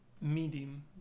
medium